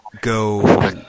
go